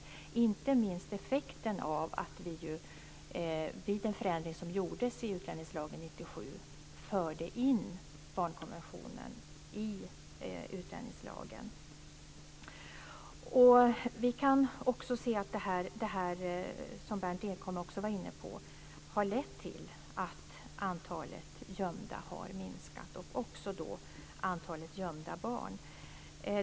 Det är inte minst effekten av att vi vid den förändring som gjordes 1997 förde in barnkonventionen i utlänningslagen. Vi kan också se att det här har lett till, som Berndt Ekholm var inne på, att antalet gömda har minskat och då också antalet gömda barn.